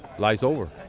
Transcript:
life's over.